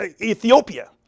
Ethiopia